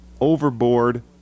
overboard